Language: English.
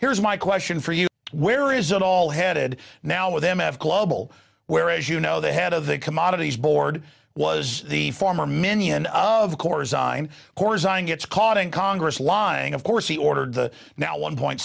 here's my question for you where is it all headed now with m f global where as you know the head of the commodities board was the former many and of course i'm gets caught in congress lying of course he ordered the now one point